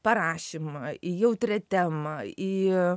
parašymą į jautrią temą į